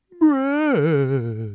Breath